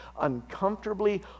uncomfortably